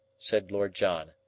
said lord john.